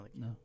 No